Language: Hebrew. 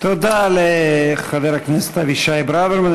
תודה לחבר הכנסת אבישי ברוורמן,